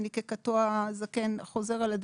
אני כקאטו הזקן חוזרת על הדברים.